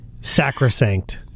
sacrosanct